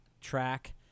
track